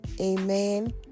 amen